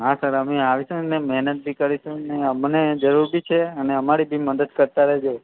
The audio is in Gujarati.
હા સર અમે આવીશું અમે મહેનત બી કરીશું ને અમને જરૂર બી છે અને અમારે બી મદદ કરતાં રહેજો